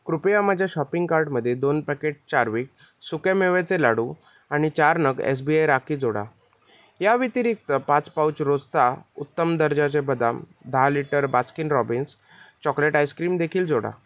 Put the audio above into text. कृपया माझ्या शॉपिंग कार्टमध्ये दोन पॅकेट चार्विक सुक्या मेव्याचे लाडू आणि चार नग एस बी आय राखी जोडा याव्यतिरिक्त पाच पाउच रोस्ता उत्तम दर्जाचे बदाम दहा लिटर बास्किन रॉबिन्स चॉकलेट आईस्क्रीमदेखील जोडा